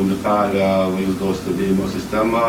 nutarę vaizdo stebėjimo sistemą